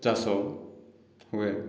ଚାଷ ହୁଏ